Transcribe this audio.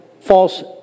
false